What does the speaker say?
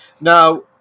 Now